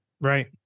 Right